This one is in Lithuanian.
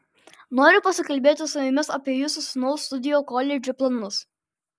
noriu pasikalbėti su jumis apie jūsų sūnaus studijų koledže planus